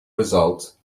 result